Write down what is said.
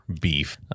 beef